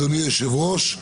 אדוני היושב-ראש,